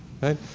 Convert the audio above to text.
right